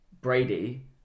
Brady